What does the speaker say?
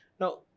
Now